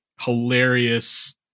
hilarious